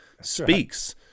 speaks